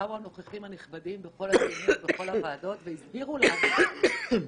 באו הנוכחים הנכבדים בכל הוועדות והסבירו לנו שהעיתון